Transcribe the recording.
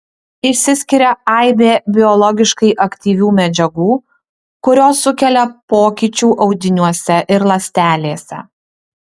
išsiskiria aibė biologiškai aktyvių medžiagų kurios sukelia pokyčių audiniuose ir ląstelėse